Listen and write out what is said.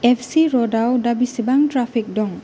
F C रडाव दा बेसेबां ट्राफिक दं